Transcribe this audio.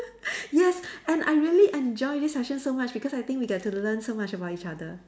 yes and I really enjoy this session so much because I think we get to learn so much about each other